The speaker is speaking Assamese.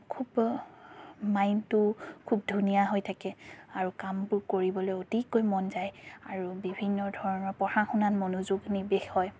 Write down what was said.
খুব মাইণ্ডটো খুব ধুনীয়া হৈ থাকে আৰু কামবোৰ কৰিবলৈও অতিকৈ মন যায় আৰু বিভিন্ন ধৰণৰ পঢ়া শুনাত মনোযোগ নিৱেশ হয়